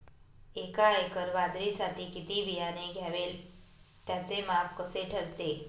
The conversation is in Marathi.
एका एकर बाजरीसाठी किती बियाणे घ्यावे? त्याचे माप कसे ठरते?